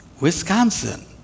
Wisconsin